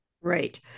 Right